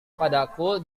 padaku